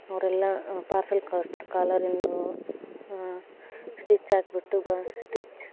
ಅವರೆಲ್ಲ ಪಾರ್ಸೆಲ್ ಕಳ್ಸ್ತಾರೆ ಕಾಲರಿಂದು ಸ್ಟಿಚ್ ಹಾಕಿಬಿಟ್ಟು ಬ ಸ್ಟಿಚ್